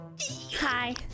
Hi